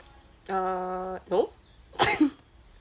err no